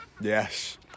Yes